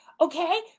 Okay